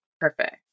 Perfect